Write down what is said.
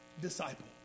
disciple